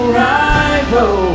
rival